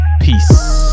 peace